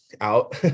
out